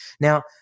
Now